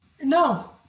No